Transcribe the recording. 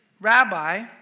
Rabbi